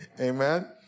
Amen